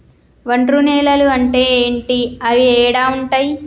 ఒండ్రు నేలలు అంటే ఏంటి? అవి ఏడ ఉంటాయి?